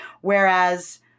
whereas